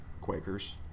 Quakers